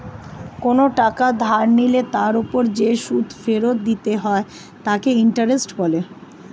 কোনো টাকা ধার নিলে তার উপর যে সুদ ফেরত দিতে হয় তাকে ইন্টারেস্ট বলে